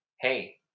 Hey